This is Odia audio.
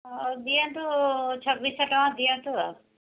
ହଁ ଦିଅନ୍ତୁ ଛବିଶହ ଟଙ୍କା ଦିଅନ୍ତୁ ଆଉ